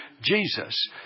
Jesus